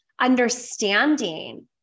understanding